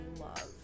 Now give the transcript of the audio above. love